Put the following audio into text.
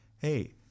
hey